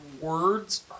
words